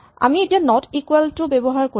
আমি এতিয়া not equal to টো ব্যৱহাৰ কৰিম